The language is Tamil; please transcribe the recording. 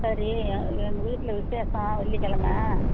சரி எங் எங்கள் வீட்டில் விசேஷம் வெள்ளிக்கெழம